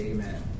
Amen